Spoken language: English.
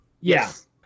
Yes